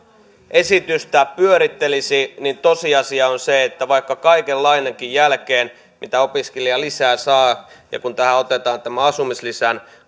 esitystä pyörittelisi niin tosiasia on se että kaiken lainankin jälkeen mitä opiskelija lisää saa ja kun tähän otetaan tämä asumislisän